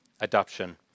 adoption